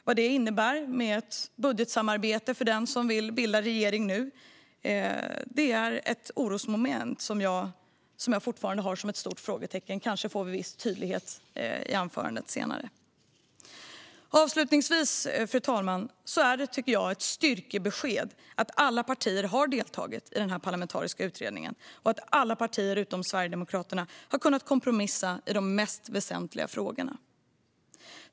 Vad det innebär för ett budgetsamarbete för den som vill bilda regering nu är ett orosmoment. Det är fortfarande ett stort frågetecken för mig. Kanske får vi ett visst förtydligande i anförandet senare. Fru talman! Avslutningsvis är det, enligt mig, ett styrkebesked att alla partier har deltagit i den parlamentariska utredningen och att alla partier utom Sverigedemokraterna har kunnat kompromissa i de mest väsentliga frågorna.